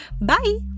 Bye